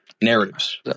narratives